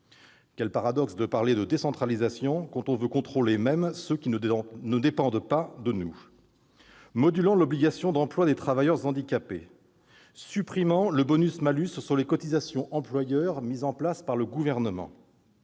quel paradoxe de parler de décentralisation quand on veut contrôler même ceux qui ne dépendent pas de nous !-, modulant l'obligation d'emploi des travailleurs handicapés, supprimant le bonus-malus sur les cotisations employeur mis en place par le Gouvernement,